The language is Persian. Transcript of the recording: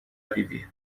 دیدی